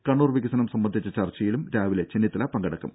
കണ്ണൂർ വികസനം സംബന്ധിച്ച ചർച്ചയിലും രാവിലെ ചെന്നിത്തല പങ്കെടുക്കും